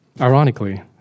ironically